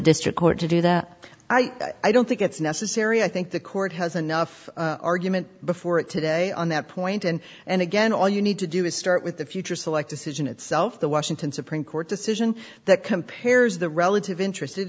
district court to do that i don't think it's necessary i think the court has enough argument before it today on that point and and again all you need to do is start with the future select a decision itself the washington supreme court decision that compares the relative interested